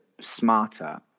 smarter